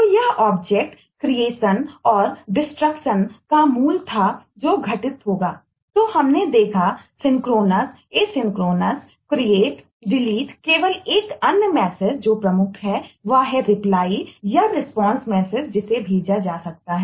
तो यह ऑब्जेक्ट जिसे भेजा जा सकता है